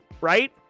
right